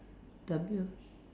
W